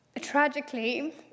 Tragically